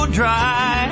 dry